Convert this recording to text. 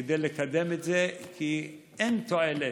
כדי לקדם את זה, כי אין תועלת,